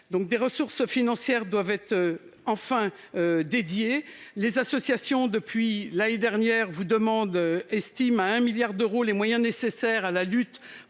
Des ressources financières doivent être enfin dédiées à ce problème. Depuis l'année dernière, les associations estiment à 1 milliard d'euros les moyens nécessaires à la lutte